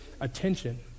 attention